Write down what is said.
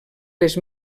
les